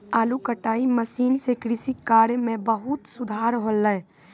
आलू कटाई मसीन सें कृषि कार्य म बहुत सुधार हौले